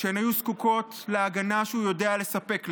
כשהן היו זקוקות להגנה שהוא יודע לספק להן.